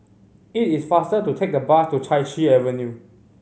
it is faster to take the bus to Chai Chee Avenue